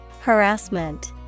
Harassment